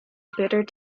bitter